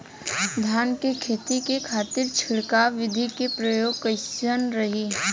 धान के खेती के खातीर छिड़काव विधी के प्रयोग कइसन रही?